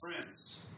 Friends